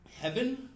Heaven